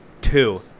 Two